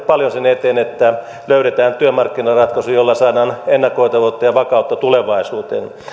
paljon sen eteen että löydetään työmarkkinaratkaisu jolla saadaan ennakoitavuutta ja vakautta tulevaisuuteen